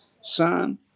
son